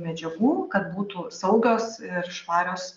medžiagų kad būtų saugios ir švarios